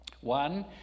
One